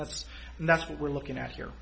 that's and that's what we're looking at here